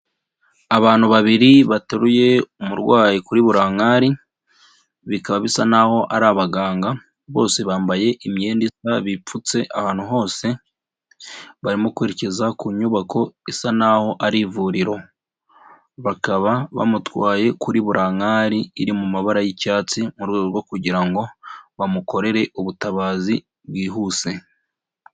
Abantu babiri bateruye umurwayi kuri burirankari, bikaba bisa naho ari abaganga, bose bambaye imyenda isa, bipfutse ahantu hose, barimo kwerekeza ku nyubako isa naho ari ivuriro. Bakaba bamutwaye kuri burankari iri mu mabara y'icyatsi, mu rwego rwo kugira ngo bamukorere ubutabazi bwihuse.